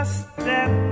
step